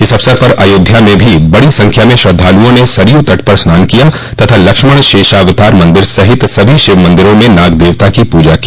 इस अवसर पर अयोध्या में भो बड़ी संख्या में श्रद्वालूओं ने सरयू तट पर स्नान किया तथा लक्ष्मण शेषावतार मन्दिर सहित सभी शिव मंदिरों में नाग देवता की पूजा की